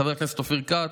חבר הכנסת אופיר כץ,